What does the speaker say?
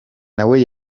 nawe